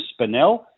Spinel